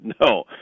No